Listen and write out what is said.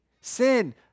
Sin